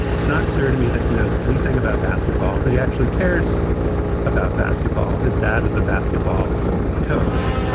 it's not clear to me that he knows anything about basketball, that he actually cares about basketball. his dad is a basketball coach.